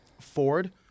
Ford